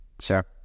Sure